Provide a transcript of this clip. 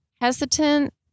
hesitant